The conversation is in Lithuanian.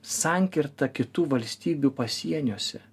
sankirta kitų valstybių pasieniuose